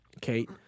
Kate